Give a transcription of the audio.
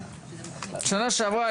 בשנה שעברה,